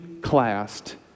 classed